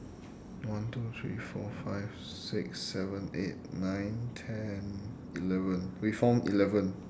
one two three four five six seven eight nine ten eleven we found eleven